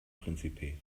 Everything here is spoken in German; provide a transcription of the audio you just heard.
príncipe